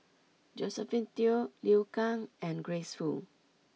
Josephine Teo Liu Kang and Grace Fu